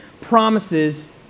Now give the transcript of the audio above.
promises